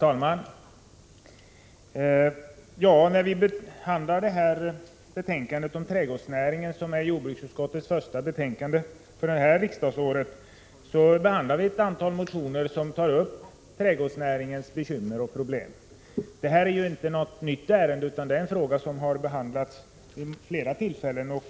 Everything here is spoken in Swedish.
Herr talman! I detta betänkande om trädgårdsnäringen, som är jordbruksutskottets första betänkande för detta riksdagsår, behandlar vi ett antal motioner som tar upp trädgårdsnäringens bekymmer och problem. Detta är inte något nytt ärende utan en fråga som behandlats vid flera tillfällen.